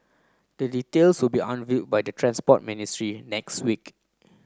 the details will be unveiled by the Transport Ministry next week